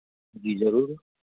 जी ज़रूर